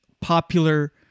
popular